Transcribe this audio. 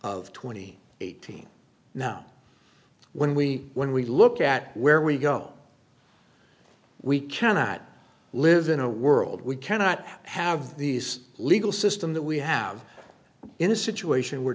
and eighteen now when we when we look at where we go we cannot live in a world we cannot have these legal system that we have in a situation where